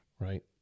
Right